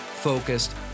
focused